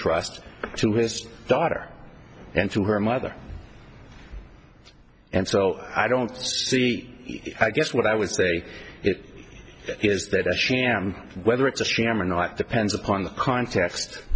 trust to his daughter and to her mother and so i don't see i guess what i would say it is that a sham whether it's a sham or not depends upon the context